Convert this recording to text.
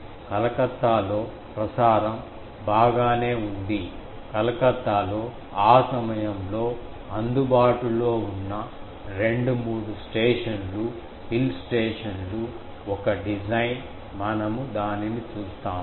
కలకత్తాలో ప్రసారం బాగానే ఉంది కలకత్తాలో ఆ సమయంలో అందుబాటులో ఉన్న రెండు మూడు స్టేషన్లు హిల్ స్టేషన్లు ఒక డిజైన్ మనము దానిని చూస్తాము